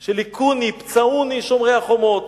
של "הכוני פצעוני, שומרי החומות",